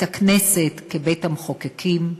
את הכנסת כבית-המחוקקים,